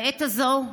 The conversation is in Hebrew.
בעת הזאת,